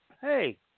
hey